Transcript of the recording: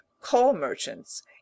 coal-merchants